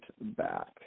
back